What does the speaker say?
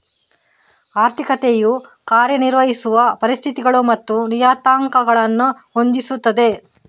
ಆರ್ಥಿಕತೆಯು ಕಾರ್ಯ ನಿರ್ವಹಿಸುವ ಪರಿಸ್ಥಿತಿಗಳು ಮತ್ತು ನಿಯತಾಂಕಗಳನ್ನು ಹೊಂದಿಸುತ್ತದೆ